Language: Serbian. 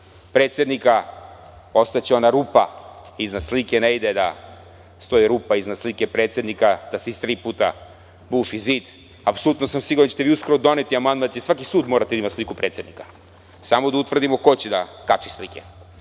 predsednika, ostaće ona rupa iznad slike, jer ne ide da iznad slike ide rupa, iznad slike predsednika, da se iz tri puta buši zid. Apsolutno sam siguran da ćete vi uskoro doneti amandman i da će svaki sud morati da ima sliku predsednika, samo da utvrdimo ko će da kači slike. Neću